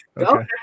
Okay